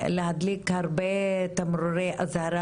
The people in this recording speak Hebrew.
להדליק הרבה תמרורי אזהרה,